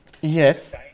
Yes